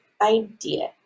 idea